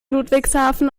ludwigshafen